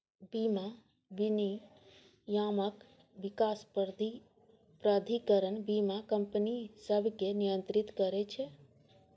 बीमा विनियामक विकास प्राधिकरण बीमा कंपनी सभकें नियंत्रित करै छै